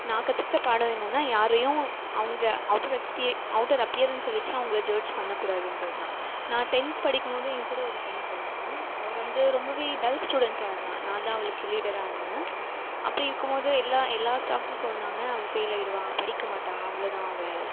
நான் கற்றுக்கிட்ட பாடம் என்னனால் யாரையும் அவங்க அவுட்டர் எக்ஸ்பீ அவுட்டர் அப்பியரன்ஸை வச்சு அவங்களை ஜட்ஜ் பண்ணக்கூடாதுன்றதுதான் நான் டென்த் படிக்கும் போது என் கூட ஒரு பொண்ணு படிச்சாள் அவள் வந்து ரொம்பவே டல் ஸ்டூடென்டாருந்தாள் நான்தான் அவளுக்கு லீடராக இருந்தேன் அப்படி இருக்கும் போது எல்லா எல்லா ஸ்டாஃப்ஸும் சொன்னாங்க அவள் ஃபெயிலாகிடுவா படிக்க மாட்டாள் அவ்வளதான் அவள்